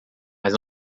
mas